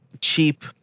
cheap